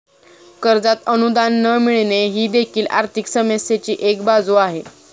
कर्जात अनुदान न मिळणे ही देखील आर्थिक समस्येची एक बाजू आहे